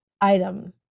item